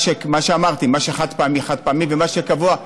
מה שאמרתי, מה שחד-פעמי, חד פעמי, ומה שקבוע,